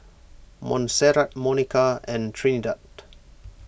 Montserrat Monika and Trinidad